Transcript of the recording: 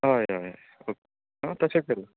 हय हय हय ओके आ तशें करया